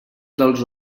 dels